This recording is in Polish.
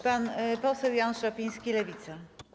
Pan poseł Jan Szopiński, Lewica.